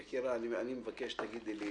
יקירה, את מביאה לי פה תקנות, אני מבקש שתגידי לי